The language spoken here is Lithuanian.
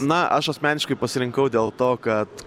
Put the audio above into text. na aš asmeniškai pasirinkau dėl to kad